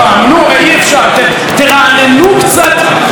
תרעננו קצת את הלקסיקון שלכם.